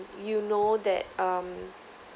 you know that um